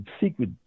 secret